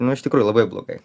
nu iš tikrųjų labai blogai